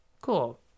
cool